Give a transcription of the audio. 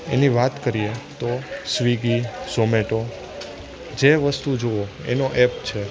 એની વાત કરીએ તો સ્વીગી ઝોમેટો જે વસ્તુ જોવો એનો એપ છે